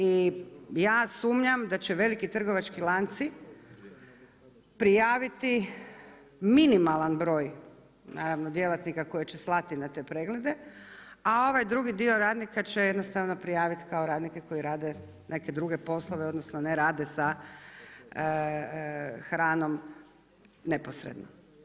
I ja sumnjam da će veliki trgovački lanci prijaviti minimalan broj djelatnika koje će slati na te preglede, a ovaj drugi dio radnika će jednostavno prijaviti kao radnike koji rade neke druge poslove, odnosno, ne rade sa hranom neposredno.